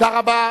תודה רבה.